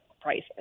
prices